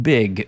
Big